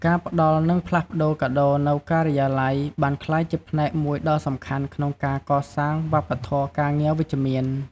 ការផ្តល់និងផ្លាស់ប្ដូរកាដូរនៅការិយាល័យ បានក្លាយជាផ្នែកមួយដ៏សំខាន់ក្នុងការកសាង វប្បធម៌ការងារវិជ្ជមាន។